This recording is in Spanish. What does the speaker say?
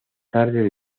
tarde